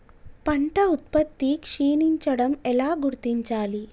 పంట ఉత్పత్తి క్షీణించడం ఎలా గుర్తించాలి?